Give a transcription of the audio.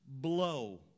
blow